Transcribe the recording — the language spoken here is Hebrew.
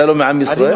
אתה לא מעם ישראל?